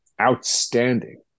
outstanding